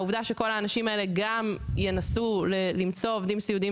העובדה שגם כל האנשים האלה ינסו למצוא עובדים סיעודיים